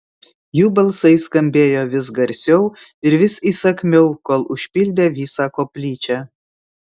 jų balsai skambėjo vis garsiau ir vis įsakmiau kol užpildė visą koplyčią